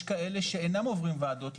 יש כאלה שאינם עוברים ועדות,